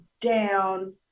down